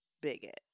bigot